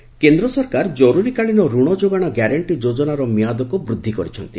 ଋଣ ଯୋଗାଣ କେନ୍ଦ୍ର ସରକାର ଜରୁରୀକାଳୀନ ରଣ ଯୋଗାଣ ଗ୍ୟାରେଷ୍ଟି ଯୋଚ୍ଚନାର ମିଆଦକୁ ବୃଦ୍ଧି କରିଛନ୍ତି